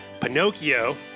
pinocchio